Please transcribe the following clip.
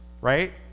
right